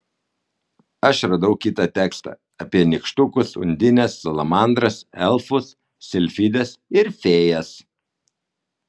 aš radau kitą tekstą apie nykštukus undines salamandras elfus silfides ir fėjas